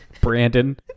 Brandon